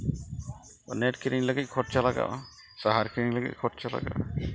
ᱱᱮ ᱴ ᱠᱤᱨᱤᱧ ᱞᱟᱹᱜᱤᱫ ᱠᱷᱚᱨᱪᱟ ᱞᱟᱜᱟᱜᱼᱟ ᱥᱟᱦᱟᱨ ᱠᱤᱨᱤᱧ ᱠᱟᱹᱜᱤᱫ ᱠᱷᱚᱨᱪᱟ ᱞᱟᱜᱟᱜᱼᱟ